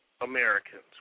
Americans